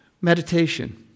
Meditation